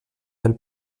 del